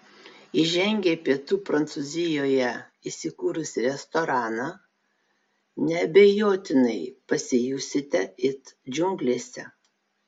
įžengę į pietų prancūzijoje įsikūrusį restoraną neabejotinai pasijusite it džiunglėse